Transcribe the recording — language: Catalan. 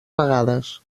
vegades